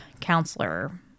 counselor